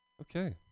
Okay